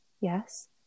Yes